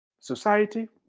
society